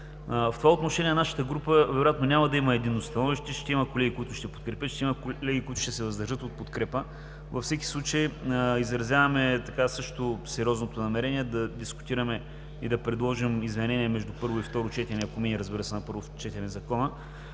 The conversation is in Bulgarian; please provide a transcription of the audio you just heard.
В това отношение нашата група вероятно няма да има единно становище – ще има колеги, които ще подкрепят, ще има колеги, които ще се въздържат от подкрепа. Във всеки случай изразяваме сериозното намерение да дискутираме и да предложим изменение между първо и второ четене, ако мине, разбира се, на първо четене Законът,